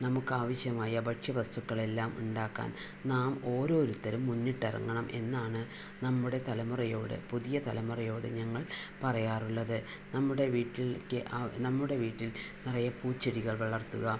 നമുക്കാവശ്യമായ ഭക്ഷ്യ വസ്തുക്കളെല്ലാം ഉണ്ടാക്കാൻ നാം ഓരോരുത്തരും മുന്നിട്ടെറങ്ങണം എന്നാണ് നമ്മുടെ തലമുറയോട് പുതിയ തലമുറയോട് ഞങ്ങൾ പറയാറുള്ളത് നമ്മുടെ വീട്ടിലേക്ക് നമ്മുടെ വീട്ടിൽ നിറയെ പൂച്ചെടികൾ വളർത്തുക